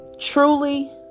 truly